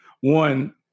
One